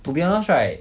to be honest right